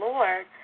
Lord